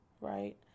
right